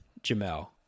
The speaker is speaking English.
Jamel